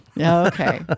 okay